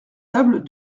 table